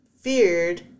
feared